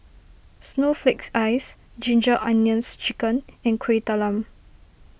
Snowflake Ice Ginger Onions Chicken and Kueh Talam